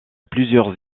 plusieurs